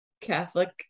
Catholic